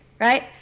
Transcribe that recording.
right